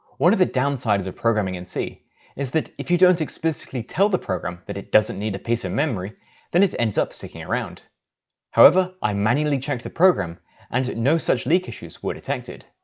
one of the downsides of programming in c is that if you don't explicitly tell the program that it doesn't need a piece of memory then it ends up sticking around however. i manually checked the program and no such leak issues were detected.